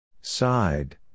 side